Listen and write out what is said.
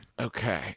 Okay